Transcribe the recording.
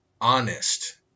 honest